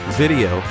video